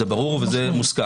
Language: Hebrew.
זה ברור ומוסכם.